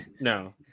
No